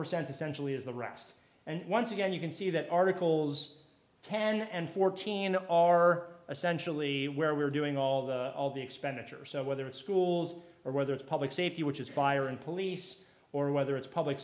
percent essentially is the rest and once again you can see that articles ten and fourteen are essentially where we're doing all the all the expenditure so whether it's schools or whether it's public safety which is fire and police or whether it's public